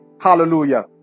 Hallelujah